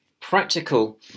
practical